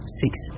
Six